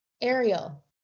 Ariel